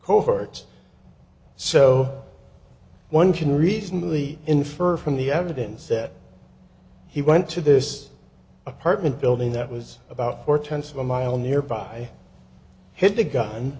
coverts so one can reasonably infer from the evidence that he went to this apartment building that was about four tenths of a mile nearby hit the gun